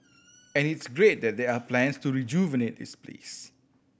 and it's great that there are plans to rejuvenate this place